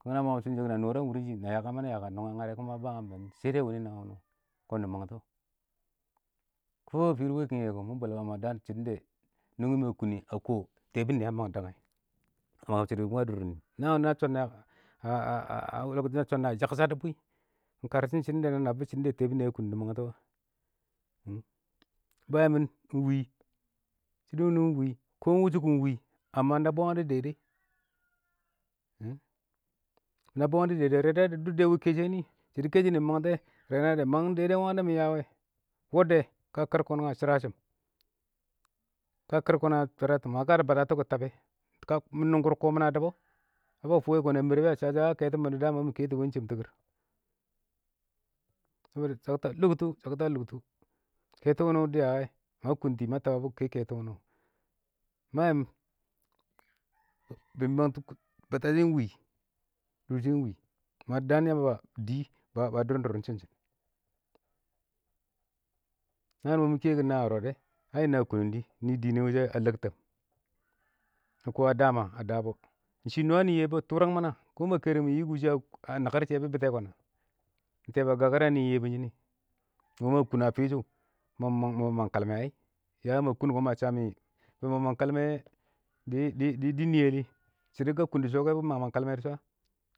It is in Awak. ﻿kana mang bɔ shɪnshɪ kɔ, na nɔ da wʊrɪn shɪn, na yakang mɪnɛ yakang a ngarɛ, shɛ dɛ wʊnɪ naan wʊnɪ wɔ kɔn nɪ mangtɔ, kɔ ya ma fɪr wɛ kɪngɛ, mɪ bwɛl-bwɛ kɔn shɪdɔn da nungi mɪ a kʊnnɪ a kɔm shɪdɔ tɛɛbʊn nɪyɛ a mang a dangɛ a mangɪm shɪdɔ a dʊr nɪ naan wɪ nɪ a chɔn na yakshadɪ bwii ɪng ka wɪ shɪ nanɪ nab shɪdɔ tɛbʊn nɪyɛ a kʊn dɪ mangtɛ. Ba yɪmɪn ɪng wɪ shɪdɔ wʊnɪ ɪng wɪ, kɔ ɪng wʊshɔ ɪng wɪ, nabbɔ wangɪn dɔ nabbɔ wangɪn dɔ, dʊbdɛ kɛshɛ nɪ,shɪdɔ kɛshɛ nɪ dɪ mantɛ, dɛ mangɪn waɪngɪn mɪ mangtɛ, wɔddɛ, ka kɪrkɔn nah ma shɪrashɪm, ka kɪr kɔn nah ɪng shɪrashɪ, ka dɪ tabɛ, ka mɪ nʊngʊr kɔ ,mɪn dʊbʊ ka ya fʊwɛ, kɔ ba merɪ kɔn na mɛrɪ bɛ a shashɪ, shɪdɔ dama nɪ kɛ wɪ ɪng chɪm tikir kɪ wɪ shakta lʊKtʊ shkta lʊktʊ kɛtɔ wʊ nɪ dɪyɛ, ma kʊntɪ ma tabɔ ɪng kɛ kɛtɔ wʊnɪ wɔ Ma yɪmɪn bɪ mangtɔ batashɪn ɪng wɪ, dʊrshɪ ɪng wɪ, kɔn daan Yamba ya ba dʊrɪn dʊr shɪnshɪn.Naan wɪ mɪ kɛkɪn ɪng na yɔrɔ, haɪ ɪng na kʊnʊng dɪ, nɪ dɪɪn wʊshɛ a lɛktɛm, ma kɔ a da ma, a da bɔ ɪng shɪ nwa nɪ ɪng Yebu ba, tʊrang mana, kamɪ kərəng mɪn nɪ kʊ, nakɪr shɪyɛ bɪ bɪtɛ kɔ na, tʊrang mana ɪng tɛyɔ ba a nɪ ɪng Yebu shɪn nɪ, mo, ma kʊn a fɪshʊ, mɪ mang kalmɛ ai, ya ma kʊn fɔ kɔn ma shamɪ ma mang kalmɛ dɪ dɪ nɪɪ a lɪ shɪdɔ ka kʊn dɪ shɔ bɪ mang mang kalmɛ dɪ shɔ a?.